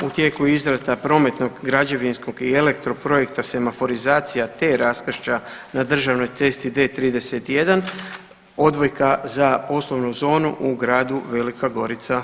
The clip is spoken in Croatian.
U tijeku je izrada prometnog građevinskog i elektroprojekta semaforizacija te raskršća na državnoj cesti D31 odvojka za poslovnu zonu u gradu Velika Gorica.